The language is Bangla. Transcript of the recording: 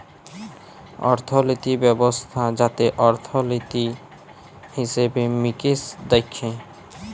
অর্থলিতি ব্যবস্থা যাতে অর্থলিতি, হিসেবে মিকেশ দ্যাখে